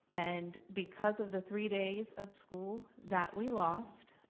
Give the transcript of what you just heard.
and because of the three days of school that we lost,